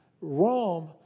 Rome